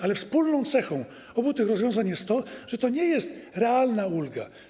Ale wspólną cechą obu tych rozwiązań jest to, że to nie jest realna ulga.